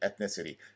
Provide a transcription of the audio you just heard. ethnicity